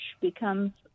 becomes